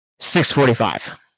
645